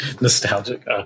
Nostalgic